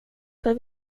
för